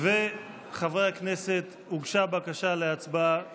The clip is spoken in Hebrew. חברי הכנסת, הוגשה בקשה להצבעה שמית.